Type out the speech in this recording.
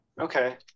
Okay